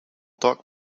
doc